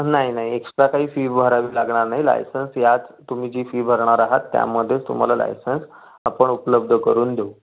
नाही नाही एक्सट्रा काही फी भरायला लागणार नाही लायसन्स याच तुम्ही जी फी भरणार आहात त्यामध्येच तुम्हाला लायसन्स आपण उपलब्ध करून देऊ